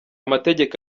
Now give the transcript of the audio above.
mategeko